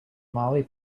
molly